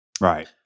Right